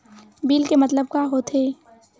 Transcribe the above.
Bill के मतलब का होथे?